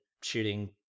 shooting